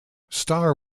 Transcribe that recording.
star